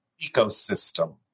ecosystem